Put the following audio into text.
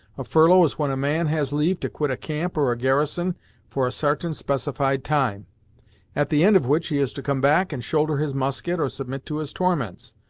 a furlough is when a man has leave to quit a camp or a garrison for a sartain specified time at the end of which he is to come back and shoulder his musket, or submit to his torments,